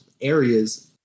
areas